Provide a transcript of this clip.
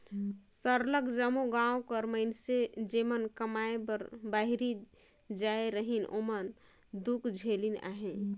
सरलग जम्मो गाँव कर मइनसे जेमन कमाए बर बाहिरे जाए रहिन ओमन दुख झेलिन अहें